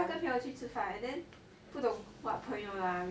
他跟朋友去吃饭 then 不懂 what 朋友 lah